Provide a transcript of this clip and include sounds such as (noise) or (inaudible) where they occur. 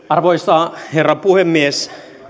(unintelligible) arvoisa herra puhemies